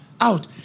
out